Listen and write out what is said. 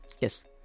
Yes